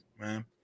man